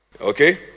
okay